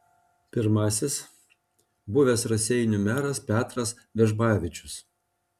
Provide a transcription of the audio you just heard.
pirmasis buvęs raseinių meras petras vežbavičius